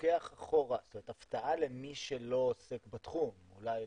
זאת הפתעה למי שלא עוסק בתחום, אולי לכם,